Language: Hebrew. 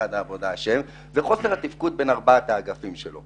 השם זה חוסר הקשר בתפקוד בין ארבעת האגפים שלו.